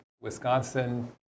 wisconsin